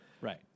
Right